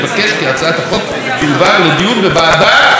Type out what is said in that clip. נבקש כי הצעת החוק תועבר לדיון בוועדת,